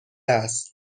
است